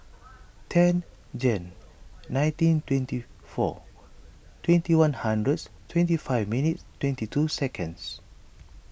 ten Jan nineteen twenty four twenty one hundreds twenty five minutes twenty two seconds